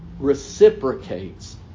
reciprocates